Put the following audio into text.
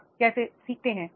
आप कैसे सीखते हैं